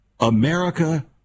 America